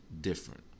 different